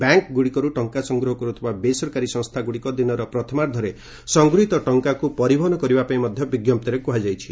ବ୍ୟାଙ୍କଗୁଡ଼ିକରୁ ଟଙ୍କା ସଂଗ୍ରହ କରୁଥିବା ବେସରକାରୀ ସଂସ୍ଥାଗୁଡ଼ିକ ଦିନର ପ୍ରଥମାର୍ଦ୍ଧରେ ସଂଗୃହୀତ ଟଙ୍କାକୁ ପରିବହନ କରିବା ପାଇଁ ମଧ୍ୟ ବିଞ୍ଜପ୍ତିରେ କୁହାଯାଇଛି